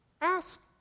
ask